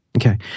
Okay